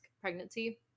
pregnancy